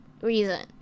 reason